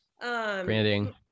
Branding